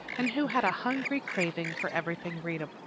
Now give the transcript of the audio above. and who had a hungry craving for everything readable,